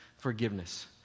forgiveness